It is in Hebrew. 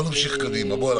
בוא נמשיך קדימה,